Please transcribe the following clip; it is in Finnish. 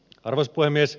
arvoisa puhemies